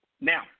Now